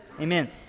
Amen